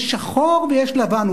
יש שחור ויש לבן,